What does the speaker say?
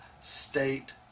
state